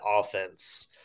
offense